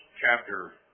chapter